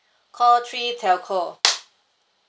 call three telco